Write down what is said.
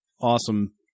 awesome